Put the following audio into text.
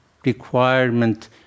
requirement